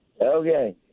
Okay